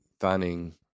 finding